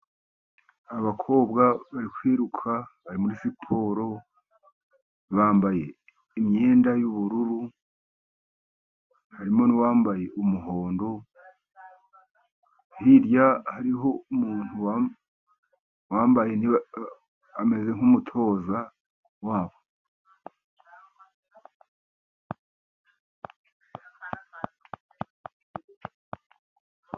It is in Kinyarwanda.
Abakobwa bari kwiruka, bari muri siporo, bambaye imyenda y'ubururu, harimo n'uwambaye umuhondo, hirya hariho umuntu wambaye ameze nk'umutoza wa bo.